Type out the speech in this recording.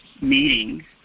meeting